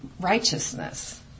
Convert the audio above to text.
righteousness